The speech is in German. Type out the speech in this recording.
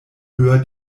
höher